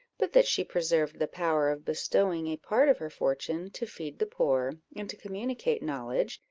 but that she preserved the power of bestowing a part of her fortune to feed the poor, and to communicate knowledge,